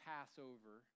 Passover